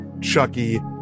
Chucky